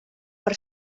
per